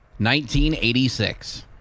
1986